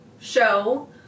show